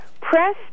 press